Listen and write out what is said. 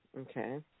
Okay